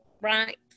right